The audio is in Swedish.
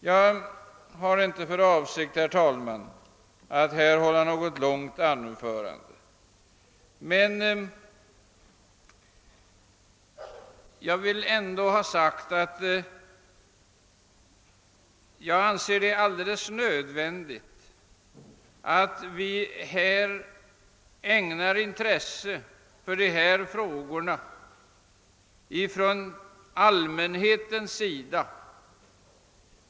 Jag har inte för avsikt, herr talman, att hålla något längre anförande, men jag vill ändå ha sagt att jag anser det alldeles nödvändigt att dessa frågor äg nas intresse både från statsmakternas och från allmänhetens sida.